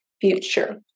future